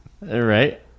right